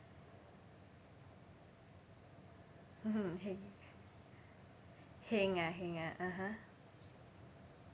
mmhmm he~ heng ah heng ah (uh huh)